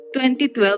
2012